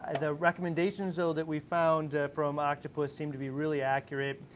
and the recommendations, though, that we've found from octopus seem to be really accurate.